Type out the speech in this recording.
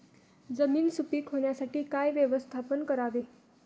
जमीन सुपीक होण्यासाठी काय व्यवस्थापन करावे?